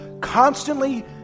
constantly